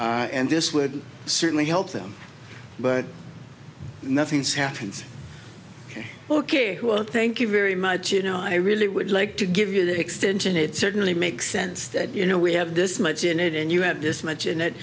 storage and this would certainly help them but nothing has happened ok ok well thank you very much you know i really would like to give you that extension it certainly makes sense that you know we have this much in it and you have this much